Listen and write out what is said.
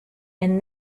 and